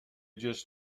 just